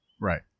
Right